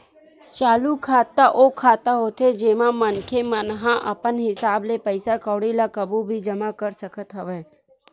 चालू खाता ओ खाता होथे जेमा मनखे मन ह अपन हिसाब ले पइसा कउड़ी ल कभू भी जमा कर सकत हवय